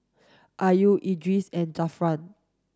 Ayu Idris and Zafran